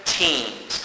teams